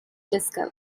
disco